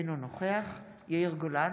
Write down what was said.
אינו נוכח יאיר גולן,